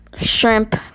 shrimp